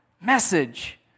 message